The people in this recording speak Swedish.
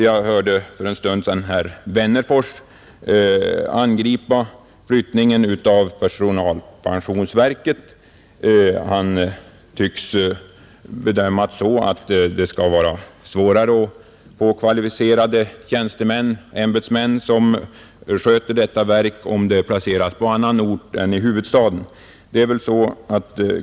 Jag hörde för en stund sedan herr Wennerfors angripa flyttningen av personalpensionsverket. Han tycks bedöma det så att det skulle vara svårare att få kvalificerade tjänstemän, som sköter detta verk, om det placeras på annan ort än i huvudstaden.